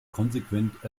konsequent